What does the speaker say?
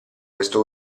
questo